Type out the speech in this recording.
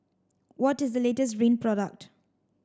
what is the latest Rene product